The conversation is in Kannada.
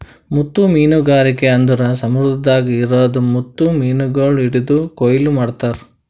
ಮುತ್ತು ಮೀನಗಾರಿಕೆ ಅಂದುರ್ ಸಮುದ್ರದಾಗ್ ಇರದ್ ಮುತ್ತು ಮೀನಗೊಳ್ ಹಿಡಿದು ಕೊಯ್ಲು ಮಾಡ್ತಾರ್